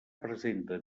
presenta